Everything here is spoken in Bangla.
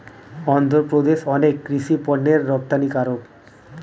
অন্ধ্রপ্রদেশ অনেক কৃষি পণ্যের রপ্তানিকারক